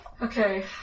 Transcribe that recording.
Okay